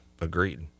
Agreed